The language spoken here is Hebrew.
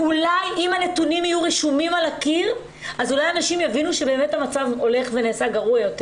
אולי אם הנתונים יהיו רשומים על הקיר אז אנשים יבינו שהמצב הולך ומחמיר.